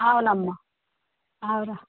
అవునమ్మా అవునురా